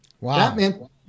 Wow